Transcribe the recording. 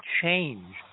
change